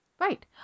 Right